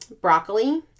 broccoli